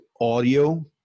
audio